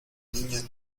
niña